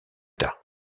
tard